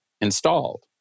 installed